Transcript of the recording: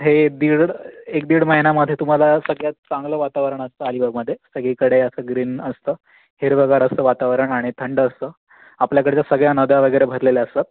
हे दीड एक दीड महिन्यामध्ये तुम्हाला सगळ्यात चांगलं वातावरण असतं अलिबागमध्ये सगळीकडे असं ग्रीन असतं हिरवंगार असतं वातावरण आणि थंड असतं आपल्या कडच्या सगळ्या नद्या वगैरे भरलेल्या असतात